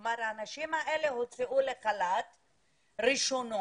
כלומר, הנשים האלה הוצאו לחל"ת ראשונות,